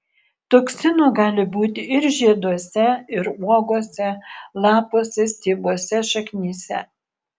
toksinų gali būti ir žieduose ir uogose lapuose stiebuose šaknyse